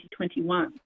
2021